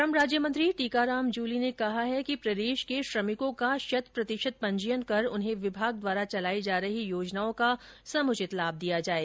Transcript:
श्रम राज्यमंत्री टीकाराम जूली ने कहा है कि प्रदेश के श्रमिकों का शत प्रतिशत पंजीयन कर उन्हें विभाग द्वारा चलाई जा रही योजनाओं का समुचित लाभ दिया जाये